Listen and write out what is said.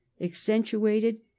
accentuated